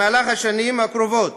בשנים הקרובות